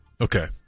Okay